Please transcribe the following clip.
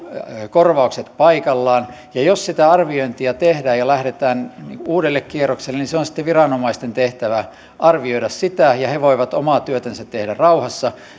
korvaukset paikallaan ja jos sitä arviointia tehdään ja lähdetään uudelle kierrokselle niin se on sitten viranomaisten tehtävä arvioida sitä ja he voivat omaa työtänsä tehdä rauhassa